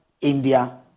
India